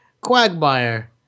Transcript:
Quagmire